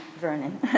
Vernon